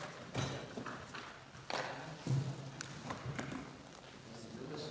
Hvala.